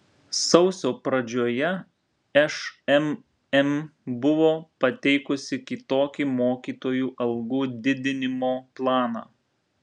sausio pradžioje šmm buvo pateikusi kitokį mokytojų algų didinimo planą